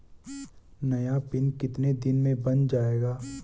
नया पिन कितने दिन में बन जायेगा?